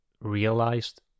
realized